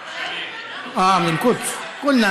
(אומר בערבית: אה, מירושלים.